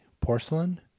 Porcelain